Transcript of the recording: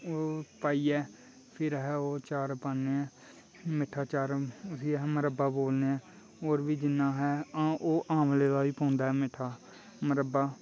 ओह् पाइयै फिर अस ओह् चा'र पान्ने मिट्ठा चा'र उस्सी अस मरब्बा बोलने होर बी जिन्ना हां ओह् आमले दा बी पौंदा ऐ मिट्ठा मरब्बा